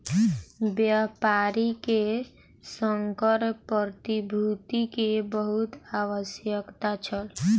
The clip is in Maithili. व्यापारी के संकर प्रतिभूति के बहुत आवश्यकता छल